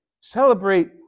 celebrate